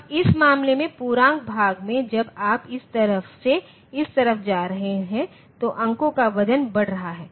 अब इस मामले में पूर्णांक भाग में जब आप इस तरफ से इस तरफ जा रहे हैं तो अंकों का वजन बढ़ रहा है